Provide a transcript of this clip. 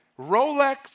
Rolex